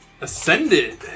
Ascended